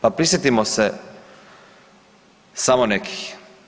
Pa prisjetimo se samo nekih.